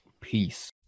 Peace